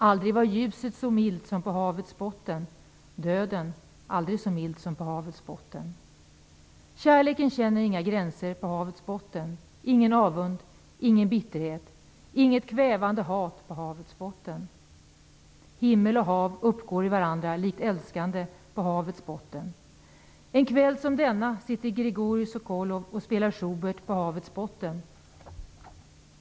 Aldrig var ljuset så milt som på havets botten. Döden aldrig så mild som på havets botten. Kärleken känner inga gränser på havets botten. Ingen avund, ingen bitterhet, inget kvävande hat på havets botten. Himmel och hav uppgår i varandra likt älskande på havets botten. En kväll som denna sitter Grigorij Sokolov och spelar Schubert på havets botten.